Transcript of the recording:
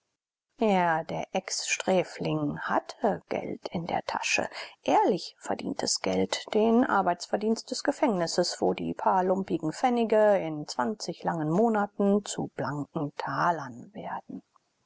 er der exsträfling hatte geld in der tasche ehrlich verdientes geld den arbeitsverdienst des gefängnisses wo die paar lumpigen pfennige in langen monaten zu blanken talern werden